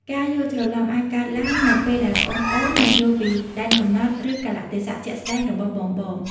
ការយល់ច្រឡំអាចកើតឡើងនៅពេលដែលប្អូនៗ មិនយល់ពីដែនកំណត់ ឬកាលៈទេសៈជាក់ស្ដែង របស់បងៗ។